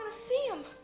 see him